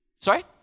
Sorry